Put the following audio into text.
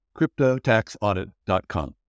CryptoTaxAudit.com